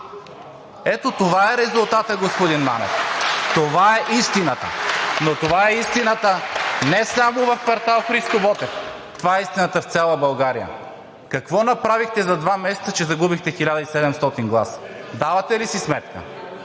Ето това е резултатът, господин Манев. Това е истината. Но това е истината не само в квартал „Христо Ботев“, това е истината в цяла България. Какво направихте за два месеца, че загубихте 1700 гласа? Давате ли си сметка?